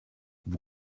vous